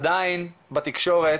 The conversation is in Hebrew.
עדיין בתקשורת